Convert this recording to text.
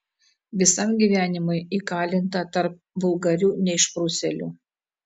visam gyvenimui įkalinta tarp vulgarių neišprusėlių